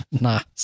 Nice